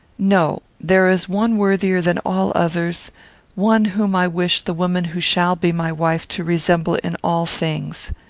no. there is one worthier than all others one whom i wish the woman who shall be my wife to resemble in all things.